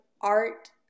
art